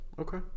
Okay